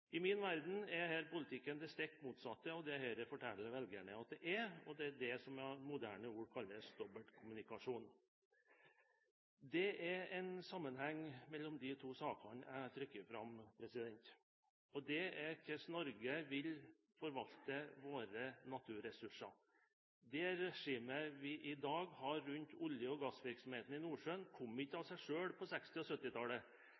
I min verden er denne politikken det stikk motsatte av det Høyre forteller velgerne at den er. Det er det som med et moderne ord kalles «dobbeltkommunikasjon». Det er en sammenheng mellom de to sakene jeg trekker fram, og det er hvordan vi i Norge vil forvalte våre naturressurser. Det regimet vi i dag har rundt olje- og gassvirksomheten i Nordsjøen,